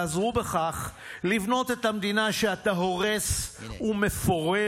"ועזרו בכך לבנות את המדינה שאתה הורס ומפורר.